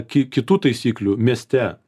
ki kitų taisyklių mieste